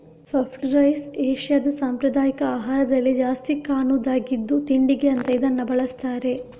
puffed rice ಏಷ್ಯಾದ ಸಾಂಪ್ರದಾಯಿಕ ಆಹಾರದಲ್ಲಿ ಜಾಸ್ತಿ ಕಾಣುದಾಗಿದ್ದು ತಿಂಡಿಗೆ ಅಂತ ಇದನ್ನ ಬಳಸ್ತಾರೆ